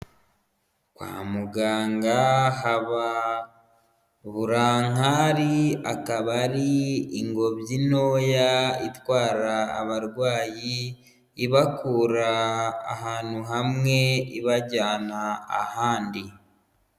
Kwa muganga haba burankari, akaba ari ingobyi ntoya itwara abarwayi, ibakura ahantu hamwe ibajyana ahandi.